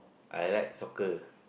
I like soccer